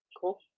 Cool